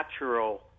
natural